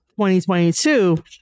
2022